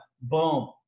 Boom